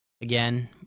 Again